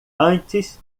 antes